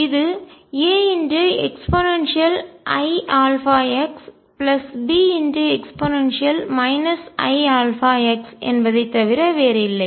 இது AeiαxBe iαx என்பதை தவிர வேறில்லை